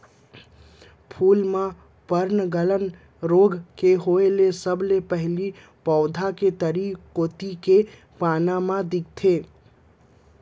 फूल म पर्नगलन रोग के होय ले सबले पहिली पउधा के तरी कोइत के पाना म दिखथे